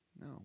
No